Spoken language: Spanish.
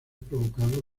provocado